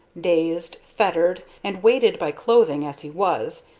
dazed, fettered, and weighted by clothing as he was,